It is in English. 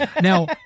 Now